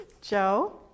Joe